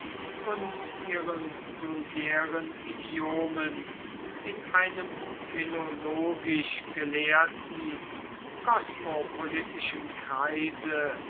und ihren vulgären idiomen in einem philologisch gelehrten kosmopolitischen kreise